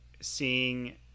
seeing